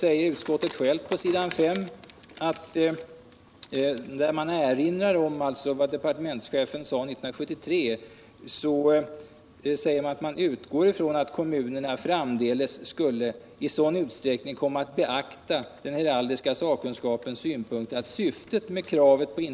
Även detta innehåller alltså ett påpekande om att man bör rätta sig efter vad den heraldiska sakkunskapen säger.